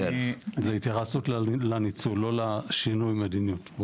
זה התייחסות לניצול, לא לשינוי מדיניות.